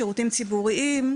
שירותים ציבוריים,